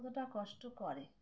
কতটা কষ্ট করে